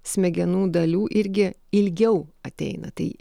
smegenų dalių irgi ilgiau ateina tai